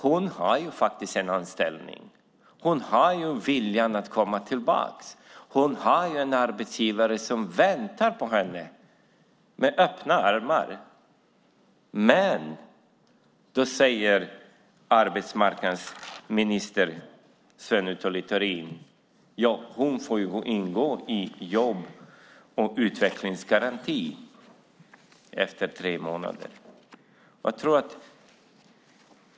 Hon har faktiskt en anställning. Hon har viljan att komma tillbaka. Hon har en arbetsgivare som väntar på henne med öppna armar. Då säger arbetsmarknadsminister Sven-Otto Littorin att hon får ingå i jobb och utvecklingsgarantin efter tre månader.